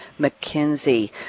McKinsey